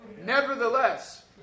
Nevertheless